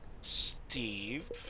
Steve